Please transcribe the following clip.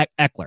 Eckler